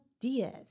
Diaz